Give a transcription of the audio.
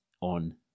on